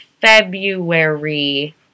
February